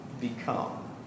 become